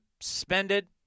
suspended